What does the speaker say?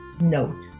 note